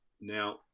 Now